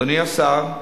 אדוני השר,